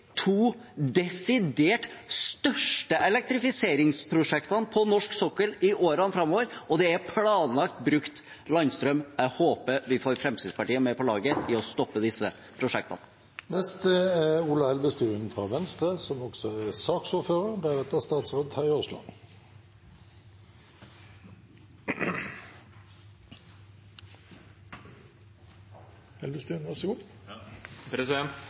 to desidert største elektrifiseringsprosjektene på norsk sokkel i årene framover, og det er planlagt brukt landstrøm. Jeg håper vi får Fremskrittspartiet med på laget i å stoppe disse prosjektene. Bare et par poeng – det ene er